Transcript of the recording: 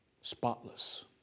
Spotless